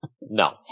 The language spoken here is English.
No